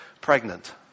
pregnant